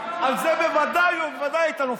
על זה בוודאי ובוודאי היא הייתה נופלת,